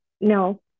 no